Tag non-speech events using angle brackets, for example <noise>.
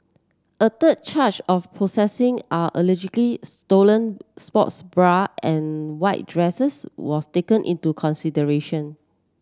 a third charge of possessing are <unintelligible> stolen sports bra and white dresses was taken into consideration